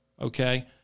Okay